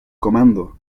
comando